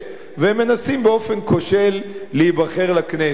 והם מנסים באופן כושל להיבחר לכנסת.